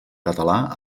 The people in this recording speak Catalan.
català